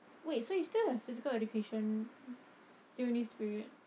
wait so you still have physical education during this period